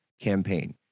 campaign